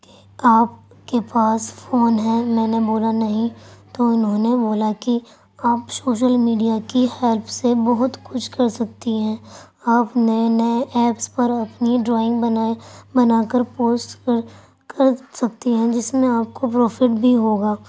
کہ آپ کے پاس فون ہے میں نے بولا نہیں تو انہوں نے بولا کہ آپ شوشل میڈیا کی ہیلپ سے بہت کچھ کر سکتی ہیں آپ نئے نئے ایپس پر اپنی ڈرائنگ بنائیں بنا کر پوسٹ کر کر سکتی ہیں جس میں آپ کو پروفٹ بھی ہوگا